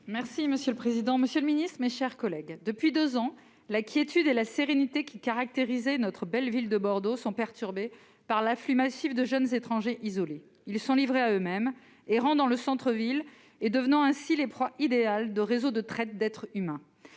Mme Nathalie Delattre. Monsieur le secrétaire d'État, depuis deux ans, la quiétude et la sérénité qui caractérisaient notre belle ville de Bordeaux sont perturbées par l'afflux massif de jeunes étrangers isolés. Ils sont livrés à eux-mêmes, errant dans le centre-ville et devenant ainsi les proies idéales de réseaux de traite d'êtres humains.